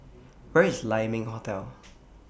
Where IS Lai Ming Hotel